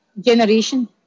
generation